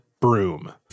broom